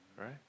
right